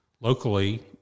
Locally